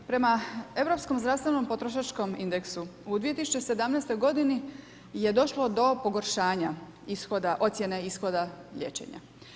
Prema Europskom zdravstvenom potrošačkom indeksu u 2017. godini je došlo do pogoršanja ocjene ishoda liječenja.